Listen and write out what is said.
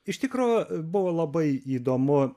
iš tikro buvo labai įdomu